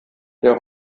der